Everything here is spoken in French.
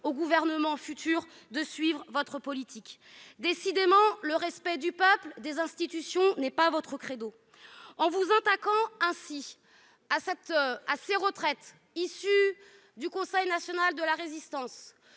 aux gouvernements futurs de suivre votre politique. Décidément, le respect du peuple et des institutions n'est pas votre credo ! En vous attaquant ainsi à ces retraites voulues par le Conseil national de la Résistance,